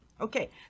Okay